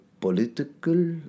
political